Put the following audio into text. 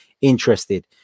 interested